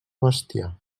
bestiar